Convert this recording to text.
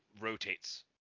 rotates